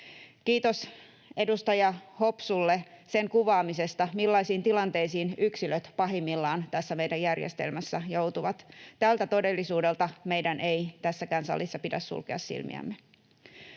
Kiitos edustaja Hopsulle sen kuvaamisesta, millaisiin tilanteisiin yksilöt pahimmillaan meidän järjestelmässämme joutuvat. Tältä todellisuudelta meidän ei tässäkään salissa pidä sulkea silmiämme.